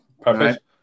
perfect